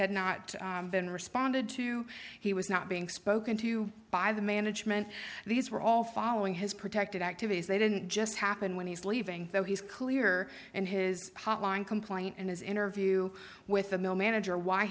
had not been responded to he was not being spoken to by the management these were all following his protected activities they didn't just happen when he's leaving though he's clear in his hot line complaint in his interview with the mill manager why